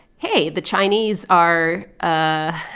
hey, the chinese are ah